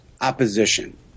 opposition